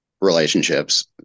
relationships